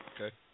Okay